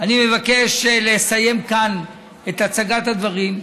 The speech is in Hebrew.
אני מבקש לסיים כאן את הצגת הדברים.